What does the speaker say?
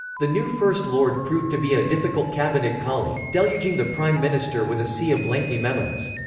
the new first lord proved to be a difficult cabinet colleague, deluging the prime minister with a sea of lengthy memos.